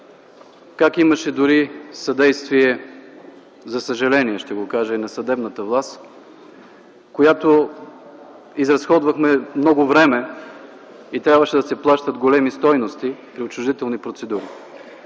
как имаше дори съдействие – за съжаление ще го кажа – и на съдебната власт, когато изразходвахме много време и трябваше да се плащат големи стойности за отчуждителни процедури.